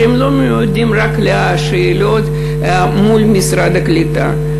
שלא מיועדות רק לשאלות מול משרד הקליטה,